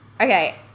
Okay